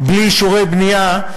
אישורי בנייה,